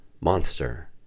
monster